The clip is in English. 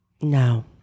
No